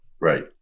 Right